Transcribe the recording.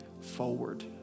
forward